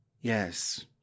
yes